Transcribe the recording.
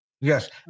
Yes